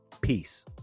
peace